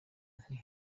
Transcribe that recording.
nti